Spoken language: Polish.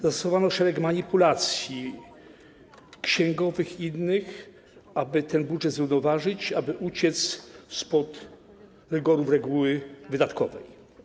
Zastosowano wiele manipulacji księgowych i innych, aby ten budżet zrównoważyć, aby uciec spod rygorów reguły wydatkowej.